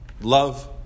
love